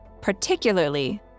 particularly